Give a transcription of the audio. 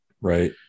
Right